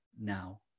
now